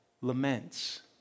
laments